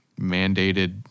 mandated